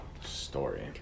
story